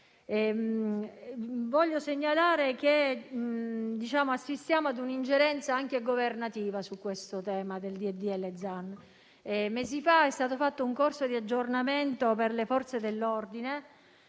Voglio segnalare che assistiamo a un'ingerenza anche governativa sul tema oggetto del disegno di legge Zan. Mesi fa è stato fatto un corso di aggiornamento per le Forze dell'ordine,